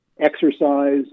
exercise